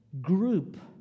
Group